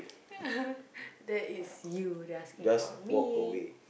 that is you they asking about me